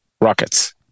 Rockets